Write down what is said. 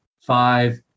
five